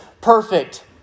Perfect